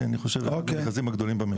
אני חושב אחד המכרזים הגדולים במשק.